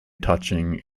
touching